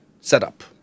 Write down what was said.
setup